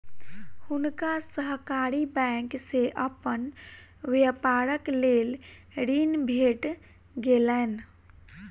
हुनका सहकारी बैंक से अपन व्यापारक लेल ऋण भेट गेलैन